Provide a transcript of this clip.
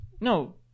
No